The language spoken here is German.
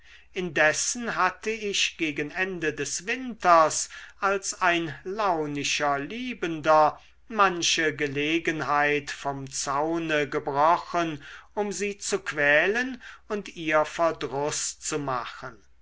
indessen hatte ich gegen ende des winters als ein launischer liebender manche gelegenheit vom zaune gebrochen um sie zu quälen und ihr verdruß zu machen